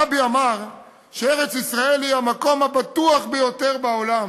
הרבי אמר שארץ-ישראל היא המקום הבטוח ביותר בעולם